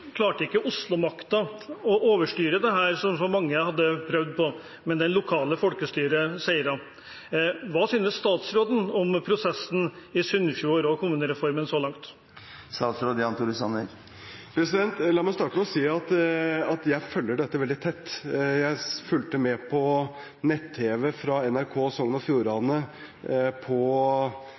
klarte ikke å overstyre dette, som mange hadde prøvd på – det lokale folkestyret seiret. Hva synes statsråden om prosessen i Sunnfjord og kommunereformen så langt? La meg starte med å si at jeg følger dette veldig tett. Jeg fulgte med på nett-tv fra NRK Sogn og Fjordane